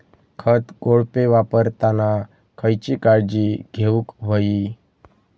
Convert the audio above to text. खत कोळपे वापरताना खयची काळजी घेऊक व्हयी?